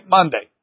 Monday